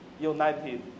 united